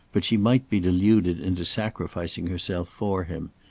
but she might be deluded into sacrificing herself for him.